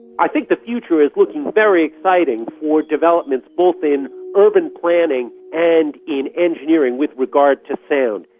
i think the future is looking very exciting for developments, both in urban planning and in engineering with regard to sound.